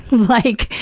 like,